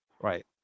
right